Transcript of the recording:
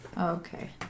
Okay